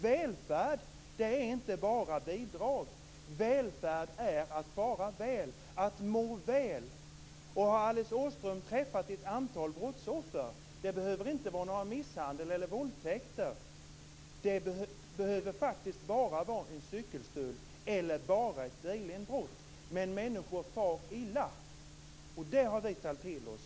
Välfärd är inte bara bidrag. Välfärd är att fara väl - att må väl. det behöver inte gälla misshandel eller våldtäkt, utan bara en cykelstöld eller ett bilinbrott - har hon märkt att de far illa. Det har vi tagit till oss.